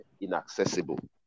inaccessible